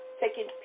taking